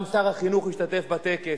גם שר החינוך השתתף בטקס.